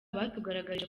batugaragarije